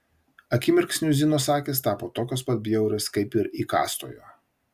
akimirksniu zinos akys tapo tokios pat bjaurios kaip ir įkąstojo